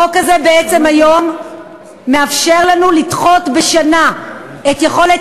החוק הזה בעצם מאפשר לנו לדחות בשנה את יכולת